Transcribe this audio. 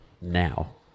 now